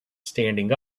standing